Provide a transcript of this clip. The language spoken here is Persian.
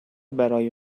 برای